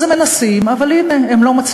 אז הם מנסים, אבל הנה, הם לא מצליחים.